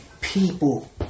people